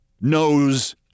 knows